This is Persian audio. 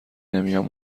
نمیام